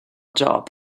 job